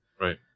Right